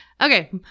Okay